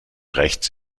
rechts